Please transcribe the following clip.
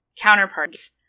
counterparts